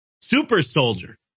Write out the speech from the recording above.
Super-soldier